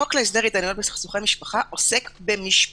החוק להסדר התדיינויות בסכסוכי משפחה עוסק במשפחות,